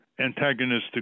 antagonistic